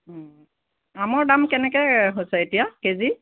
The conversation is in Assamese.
আমৰ দাম কেনেকে হৈছে এতিয়া কেজি